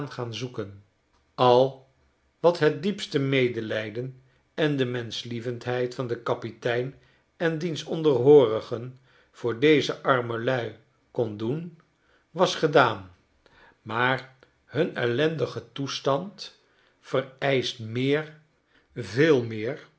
gaan zoeken al wat het diepste medelijden en de menschlievendheid van den kapitein en diens onderhoorigen voor deze arme lui kon doen was gedaan maar hun ellendige toestand vereischt meer veel meer